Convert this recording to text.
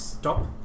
Stop